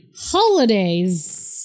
holidays